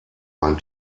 ein